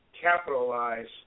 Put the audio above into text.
capitalize